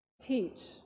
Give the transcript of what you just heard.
teach